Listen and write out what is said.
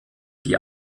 die